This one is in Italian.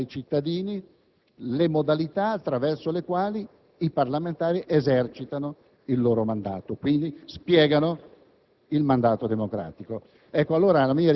i funzionari illustrano ai cittadini le modalità attraverso le quali i parlamentari esercitano il loro mandato. Spiegano